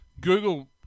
Google